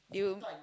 you